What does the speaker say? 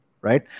Right